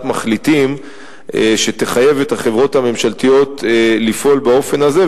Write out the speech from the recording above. מחליטים שתחייב את החברות הממשלתיות לפעול באופן הזה,